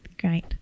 Great